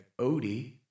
Odie